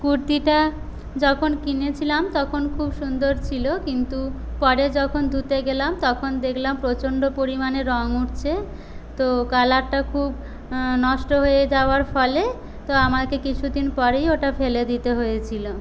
কুর্তিটা যখন কিনেছিলাম তখন খুব সুন্দর ছিল কিন্তু পরে যখন ধুতে গেলাম তখন দেখলাম প্রচণ্ড পরিমাণে রং উঠছে তো কালারটা খুব নষ্ট হয়ে যাওয়ার ফলে তো আমাকে কিছুদিন পরেই ওটা ফেলে দিতে হয়েছিল